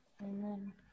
Amen